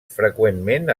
freqüentment